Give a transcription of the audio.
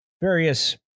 various